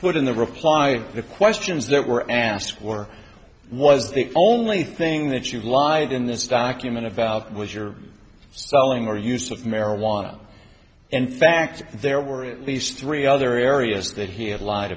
put in the reply the questions that were asked were was the only thing that you lied in this document a valve was your selling or use of marijuana in fact there were at least three other areas that he had lied